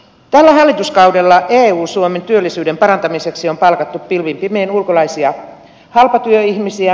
tällä hallituskaudella eu suomen työllisyyden parantamiseksi on palkattu pilvin pimein ulkolaisia halpatyöihmisiä